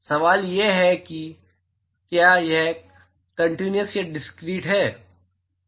तो सवाल यह है कि क्या यह कंटीन्यस या डिसक्रीट है